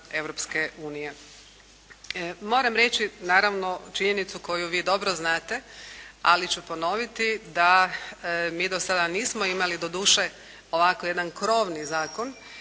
Europske unije. Moram reći naravno činjenicu koju vi dobro znate, ali ću ponoviti da mi do sada nismo imali doduše ovako jedan krovni zakon